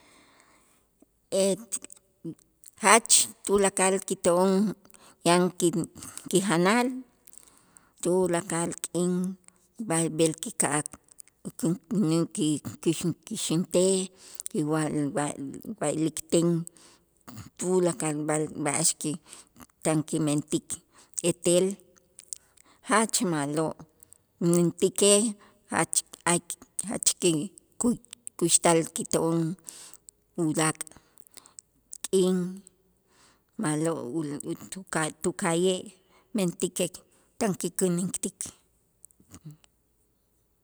Jach tulakal kito'on yan ki- kijanal tulakal k'in b'a- b'el kika'aj ukunkänäk ki kuxän- käxäntej kiwa'-wa- wa'likten tulakal b'al b'a'ax ki tan kimentik etel jach ma'lo', mentäkej jach jach ki kuy kuxtal kito'on ulaak' k'in ma'lo' tuka'ye', mentäkej tan kikänäntik.